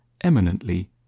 eminently